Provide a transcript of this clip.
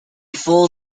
full